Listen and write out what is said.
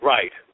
Right